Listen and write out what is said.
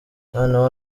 noneho